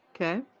Okay